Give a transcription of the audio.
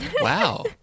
wow